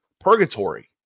purgatory